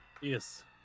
Yes